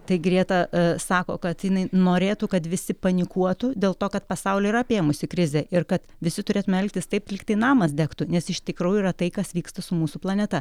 tai grieta sako kad jinai norėtų kad visi panikuotų dėl to kad pasaulį yra apėmusi krizė ir kad visi turėtumėme elgtis taip lyg tai namas degtų nes iš tikrųjų yra tai kas vyksta su mūsų planeta